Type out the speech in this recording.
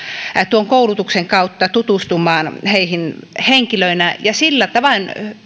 tuon koulutuksen kautta tutustumaan heihin henkilöinä ja sillä tavoin